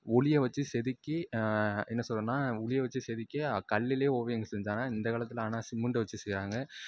உளியை வச்சு செதுக்கி என்ன சொல்றதுன்னால் உளியை வச்சு செதுக்கி கல்லிலையே ஓவியங்கள் செஞ்சாங்க இந்த காலத்தில் ஆனால் சிமெண்ட் வச்சு செய்கிறாங்க